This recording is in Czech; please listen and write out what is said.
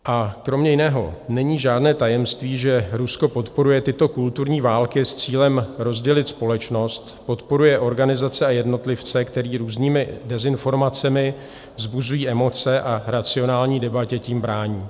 A kromě jiného není žádné tajemství, že Rusko podporuje tyto kulturní války s cílem rozdělit společnost, podporuje organizace a jednotlivce, které různými dezinformacemi vzbuzují emoce a racionální debatě tím brání.